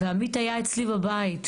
ועמית היה אצלי בבית.